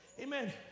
Amen